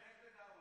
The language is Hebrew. עודד, לך תדע.